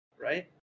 right